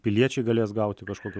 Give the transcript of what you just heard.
piliečiai galės gauti kažkokį